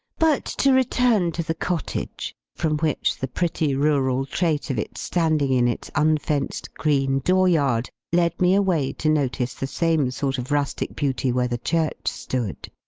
but to return to the cottage, from which the pretty, rural trait of its standing in its unfenced green door-yard led me away to notice the same sort of rustic beauty where the church stood.